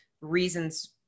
reasons